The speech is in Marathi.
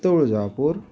तुळजापूर